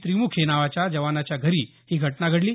त्रिमुखे नावाच्या जवानाच्या घरी ही घटना घडली